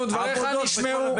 דבריך נשמעו.